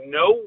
no